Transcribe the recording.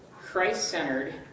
Christ-centered